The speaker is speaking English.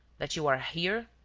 that you are here.